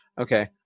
Okay